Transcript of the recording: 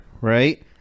Right